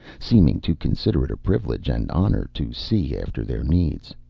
seeming to consider it a privilege and honor to see after their needs.